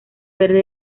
verde